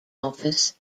office